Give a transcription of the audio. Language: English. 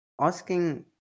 asking